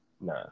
nah